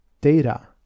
data